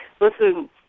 Listen